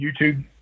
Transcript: YouTube